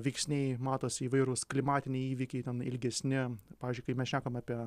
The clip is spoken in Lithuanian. veiksniai matosi įvairūs klimatiniai įvykiai ten ilgesni pavyzdžiui kai mes šnekam apie